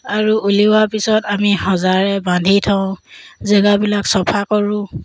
আৰু উলিওৱাৰ পিছত আমি সজাৰে বান্ধি থওঁ জেগাবিলাক চফা কৰোঁ